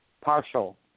partial